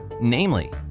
Namely